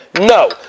No